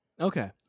okay